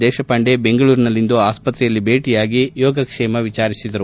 ದೇಶಪಾಂಡೆ ಬೆಂಗಳೂರಿನಲ್ಲಿಂದು ಆಸ್ಪತ್ರೆಯಲ್ಲಿ ಭೇಟಿಯಾಗಿ ಯೋಗಕ್ಷೇಮ ವಿಚಾರಿಸಿದರು